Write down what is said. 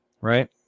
right